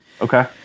okay